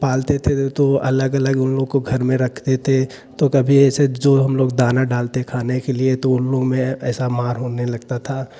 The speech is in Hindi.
पालते थे तो अलग अलग उन लोगों को घर में रखते थे तो कभी ऐसे जो हम लोग दाना डालते खाने के लिए तो उन लोगों में ऐसा मार होने लगता था